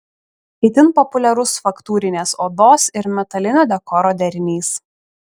itin populiarus faktūrinės odos ir metalinio dekoro derinys